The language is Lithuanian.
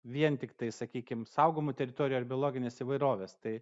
vien tiktai sakykim saugomų teritorijų ar biologinės įvairovės tai